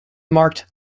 marked